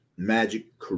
Magic